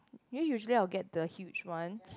you usually I will get the huge ones